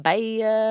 Bye